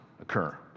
occur